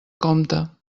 compte